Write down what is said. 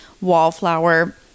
wallflower